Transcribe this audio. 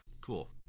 cool